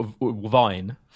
vine